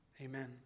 Amen